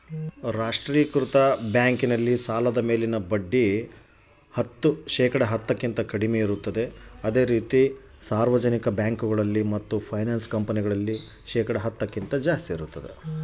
ಸಾಲದ ಮೇಲಿನ ಬಡ್ಡಿ ಎಷ್ಟು ಇರ್ತೈತೆ?